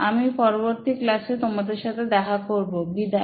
আমি পরবর্তী ক্লাসে তোমাদের সাথে দেখা করবো বিদায়